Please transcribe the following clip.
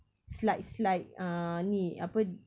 slide slide uh ni apa